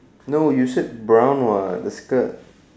no you said brown [what] the skirt